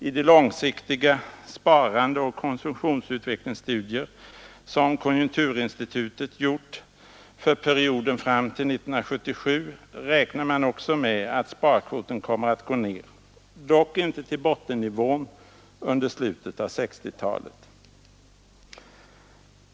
I de långsiktiga sparandeoch konsumtionsutvecklingsstudier som konjunkturinstitutet gjort för perioden fram till 1977 räknar man också med att sparkvoten kommer att gå ner, dock inte till den bottennivå som nåddes under slutet av 1960-talet.